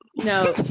No